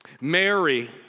Mary